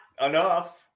enough